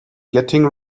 getting